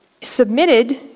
submitted